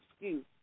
excuse